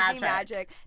magic